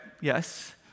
yes